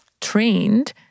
trained